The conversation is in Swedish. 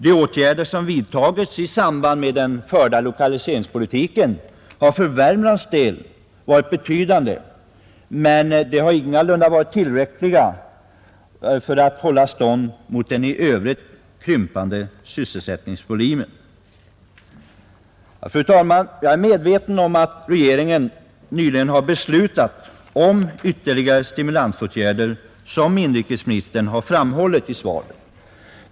De åtgärder som vidtagits i samband med den förda lokaliseringspolitiken har för Värmlands del varit betydande, men de har ingalunda varit tillräckliga för att hålla stånd mot den i övrigt krympande sysselsättningsvolymen. Fru talman! Jag är medveten om att regeringen nyligen har beslutat om ytterligare stimulansåtgärder, som inrikesministern framhöll i svaret.